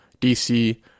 DC